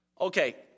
okay